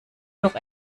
noch